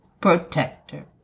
Protector